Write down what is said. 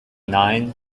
nine